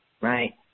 right